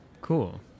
Cool